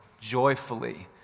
joyfully